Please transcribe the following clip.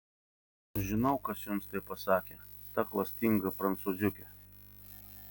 žinau kas jums tai pasakė ta klastinga prancūziuke